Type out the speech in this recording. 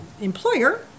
employer